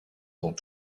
dans